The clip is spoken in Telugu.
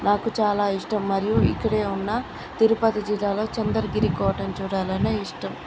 మాకు చాలా ఇష్టం మరియు ఇక్కడే ఉన్నా తిరుపతి జిల్లాలో చంద్రగిరి కోటను చూడాలని ఇష్టం